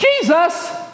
Jesus